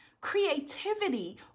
creativity